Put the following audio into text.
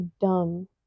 dumb